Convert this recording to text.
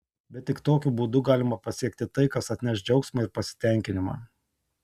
bet tik tokiu būdu galima pasiekti tai kas atneš džiaugsmą ir pasitenkinimą